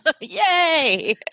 Yay